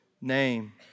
name